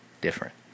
different